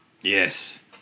Yes